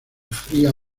fría